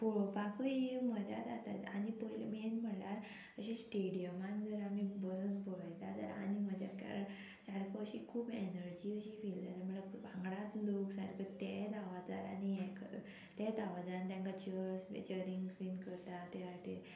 पळोवपाकूय मजा जाता आनी पयली मेन म्हणल्यार अशे स्टेडियमान जर आमी बसून पळयता जाल्यार आनी मजा कारण सारको अशी खूब एनर्जी अशी फील जाल्यार म्हळ्यार खूब वांगडात लोक सारको ते दावाजारांनी हे दावाजारान तेंकां चियर्स बी चिंग्स बीन करता ते